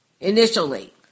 initially